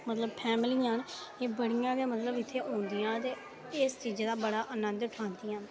मतलब फैमलियां न एह् बड़ियां गै मतलब इत्थै औंदियां ते एस्स चीजे दा बड़ा आनन्द उठांदियां न